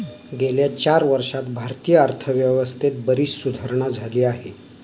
गेल्या चार वर्षांत भारतीय अर्थव्यवस्थेत बरीच सुधारणा झाली आहे